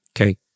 okay